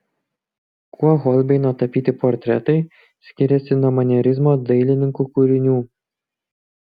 kuo holbeino tapyti portretai skiriasi nuo manierizmo dailininkų kūrinių